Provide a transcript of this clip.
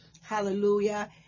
Hallelujah